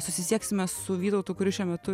susisieksime su vytautu kuris šiuo metu